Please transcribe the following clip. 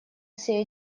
все